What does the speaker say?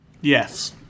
Yes